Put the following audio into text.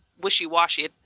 wishy-washy